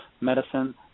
medicine